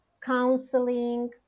counseling